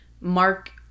Mark